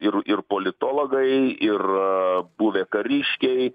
ir ir politologai ir buvę kariškiai